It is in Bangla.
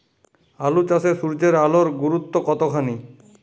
আলু চাষে সূর্যের আলোর গুরুত্ব কতখানি?